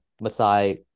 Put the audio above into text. Masai